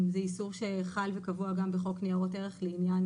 זה איסור שחל וקבוע גם בחוק ניירות ערך לעניין